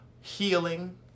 healing